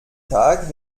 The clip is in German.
tag